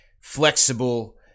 Flexible